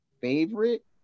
favorite